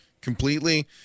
completely